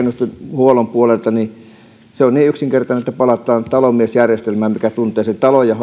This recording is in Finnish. huollon puolelta se on niin yksinkertaista että palataan talonmiesjärjestelmään ja talonmies tuntee sen talon ja